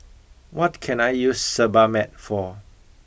what can I use Sebamed for